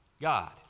God